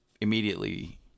immediately